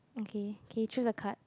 okay okay choose the card